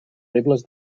rebles